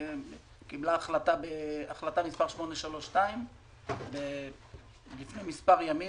שקיבלה החלטה מספר 832 לפני מספר ימים.